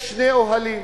יש שני אוהלים,